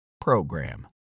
PROGRAM